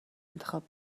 انتخاب